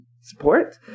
support